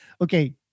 okay